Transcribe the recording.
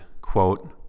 quote